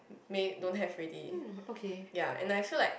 may don't have already ya and I feel like